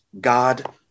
God